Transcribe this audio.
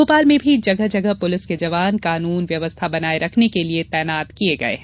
भोपाल में भी जगह जगह पुलिस के जवान कानून व्यवस्था बनाए रखने के लिए तैनात है